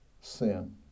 sin